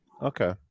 Okay